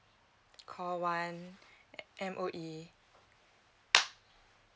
call one M_O_E